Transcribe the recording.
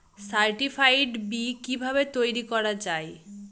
Certified বি কিভাবে তৈরি করা যায়?